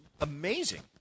amazing